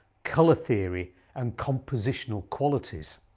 colour theory and compositional qualities.